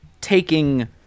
taking